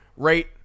rate